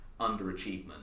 underachievement